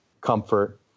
comfort